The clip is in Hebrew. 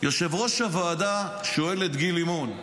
יושב-ראש הוועדה שואל את גיל לימון,